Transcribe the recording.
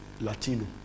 Latino